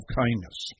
kindness